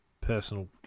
personal